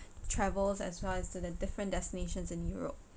travels as far as to the different destinations in europe